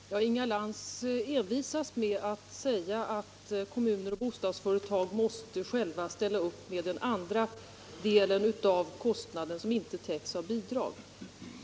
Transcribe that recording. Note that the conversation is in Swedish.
Herr talman! Inga Lantz envisas med att säga att kommuner och bostadsföretag själva måste ställa upp med den del av kostnaden som inte täcks av bidrag.